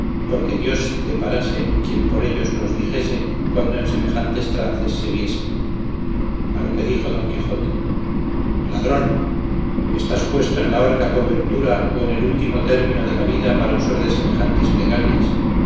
porque dios deparase quien por ellos los dijese cuando en semejantes trances se viesen a lo que dijo don quijote ladrón estás puesto en la horca por ventura o en el último término de la vida para usar de semejantes plegarias